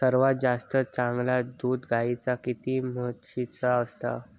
सर्वात जास्ती चांगला दूध गाईचा की म्हशीचा असता?